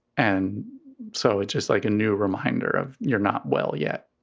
and so it's just like a new reminder of you're not well yet.